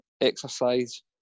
exercise